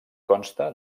consta